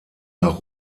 nach